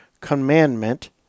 commandment